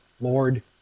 Lord